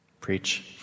Preach